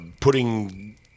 putting